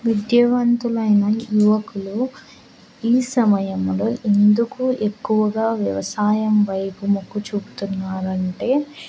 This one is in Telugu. విద్యావంతులైన యువకులు ఈ సమయంలో ఎందుకు ఎక్కువగా వ్యవసాయం వైపు మొగ్గు చూపుతున్నారంటే